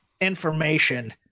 information